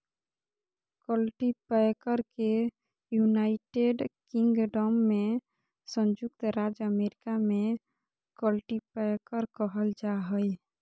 cultipacker के United Kingdom में संयुक्त राज्य अमेरिका में कल्टीपैकर कहल जा हइ